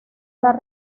dar